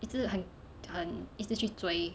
一直很很一直去追